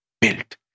built